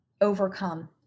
overcome